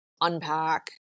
unpack